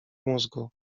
mózgu